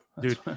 dude